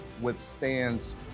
withstands